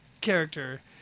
character